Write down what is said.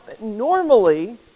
normally